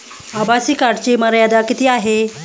आभासी कार्डची मर्यादा किती आहे?